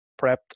prepped